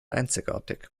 einzigartig